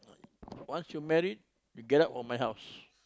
once you married you get out of my house